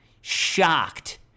Shocked